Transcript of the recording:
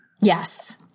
Yes